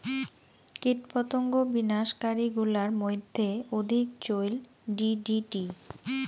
কীটপতঙ্গ বিনাশ কারী গুলার মইধ্যে অধিক চৈল ডি.ডি.টি